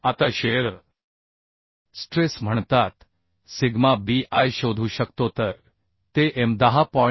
आता shear stress म्हणतात sigma b I शोधू शकतो तर ते m 10